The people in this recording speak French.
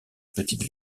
petite